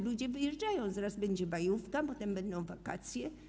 Ludzie wyjeżdżają, zaraz będzie majówka, potem będą wakacje.